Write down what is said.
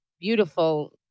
beautiful